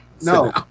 no